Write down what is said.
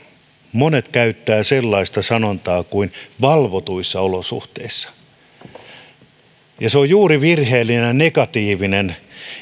monet käyttävät sellaista sanontaa kuin valvotuissa olosuhteissa se on juuri virheellinen ja negatiivinen